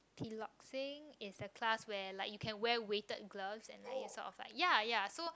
piloxing is the class where like you can wear weighted gloves and like you sort of like ya ya so